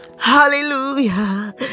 Hallelujah